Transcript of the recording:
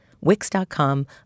Wix.com